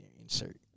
insert